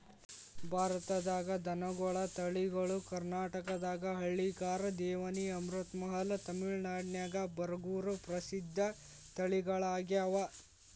ಭಾರತದಾಗ ದನಗೋಳ ತಳಿಗಳು ಕರ್ನಾಟಕದಾಗ ಹಳ್ಳಿಕಾರ್, ದೇವನಿ, ಅಮೃತಮಹಲ್, ತಮಿಳನಾಡಿನ್ಯಾಗ ಬರಗೂರು ಪ್ರಸಿದ್ಧ ತಳಿಗಳಗ್ಯಾವ